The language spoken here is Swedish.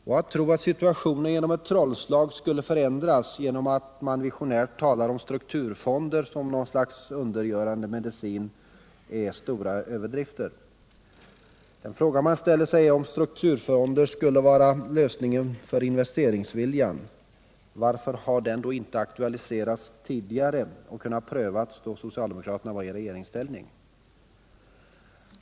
Att visionärt tala om strukturfonder som något slags undergörande medicin, som skulle förändra situationen som genom ett trollslag, är stora överdrifter. En fråga som man ställer sig är: Om strukturfonden skulle vara lösningen när det gäller investeringsviljan, varför har den inte aktualiserats tidigare så att den kunnat prövas då socialdemokraterna var i regeringsställning?